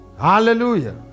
Hallelujah